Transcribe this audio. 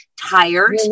tired